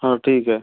हा ठीक आहे